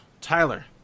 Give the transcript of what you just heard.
Tyler